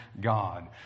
God